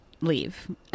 leave